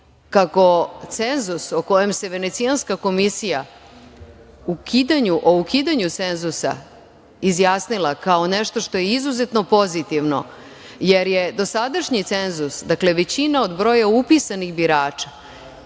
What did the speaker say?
kako cenzus o kojem se Venecijanska komisija, o ukidanju cenzusa, izjasnila kao nešto što je izuzetno pozitivno, jer je dosadašnji cenzus, dakle većina od broja upisanih birača